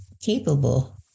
capable